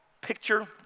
picture